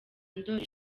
ndoli